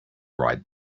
right